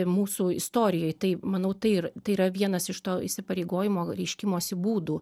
mūsų istorijoj tai manau tai ir tai yra vienas iš to įsipareigojimo reiškimosi būdų